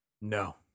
No